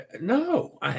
no